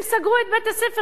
הם סגרו את בית-הספר,